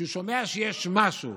כשהוא שומע שיש משהו